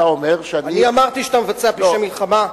אני אמרתי שאתה מבצע פשעי מלחמה?